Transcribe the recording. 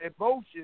emotions